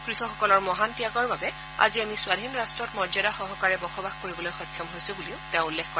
কৃষকসকলৰ মহান ত্যাগৰ বাবে আজি আমি স্বাধীন ৰাট্টত মৰ্যাদা সহকাৰে বসবাস কৰিবলৈ সক্ষম হৈছো বুলি তেওঁ উল্লেখ কৰে